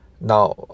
Now